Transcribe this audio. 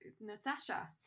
Natasha